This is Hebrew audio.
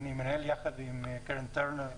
אני מנהל את הוועדה יחד עם קרן טרנר,